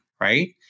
right